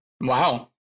Wow